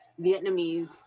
Vietnamese